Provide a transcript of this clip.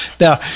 now